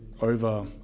over